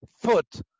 foot